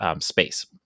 space